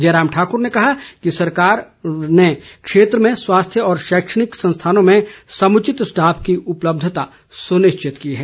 जयराम ठाकुर ने कहा कि राज्य सरकार ने क्षेत्र में स्वास्थ्य और शैक्षणिक संस्थानों में समुचित स्टाफ की उपलब्यता सुनिश्चित की है